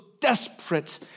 desperate